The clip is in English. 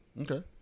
Okay